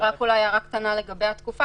רק הערה קטנה לגבי התקופה